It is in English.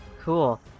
Cool